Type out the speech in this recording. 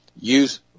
use